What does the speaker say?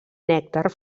nèctar